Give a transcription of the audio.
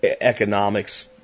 economics